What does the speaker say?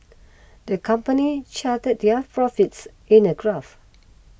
the company charted their profits in a graph